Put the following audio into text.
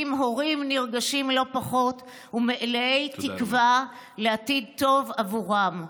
עם הורים נרגשים לא פחות ומלאי תקווה לעתיד טוב עבורם.